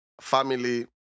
family